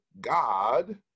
God